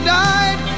died